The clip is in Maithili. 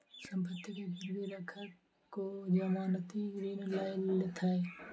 सम्पत्ति के गिरवी राइख ओ जमानती ऋण लय लेलैथ